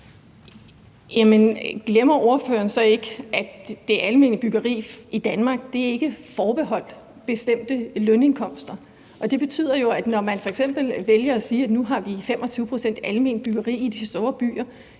glemmer ordføreren så ikke, at det almene byggeri i Danmark ikke er forbeholdt bestemte lønindkomster? Og det betyder jo, at når man f.eks. vælger at sige, at nu har vi 25 pct. alment byggeri i de store byer,